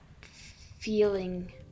feeling